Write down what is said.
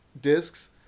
discs